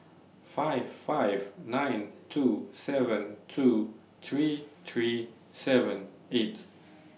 five five nine two seven two three three seven eight